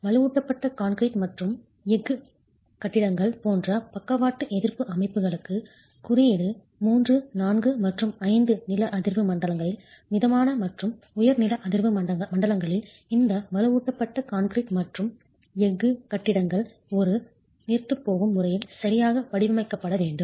வலுவூட்டப்பட்ட கான்கிரீட் மற்றும் எஃகு கட்டிடங்கள் போன்ற பக்கவாட்டு லேட்ரல் எதிர்ப்பு அமைப்புகளுக்கு குறியீடு III IV மற்றும் V நில அதிர்வு மண்டலங்களில் மிதமான மற்றும் உயர் நில அதிர்வு மண்டலங்களில் இந்த வலுவூட்டப்பட்ட கான்கிரீட் மற்றும் எஃகு கட்டிடங்கள் ஒரு நீர்த்துப்போகும் முறையில் சரியாக வடிவமைக்கப்பட வேண்டும்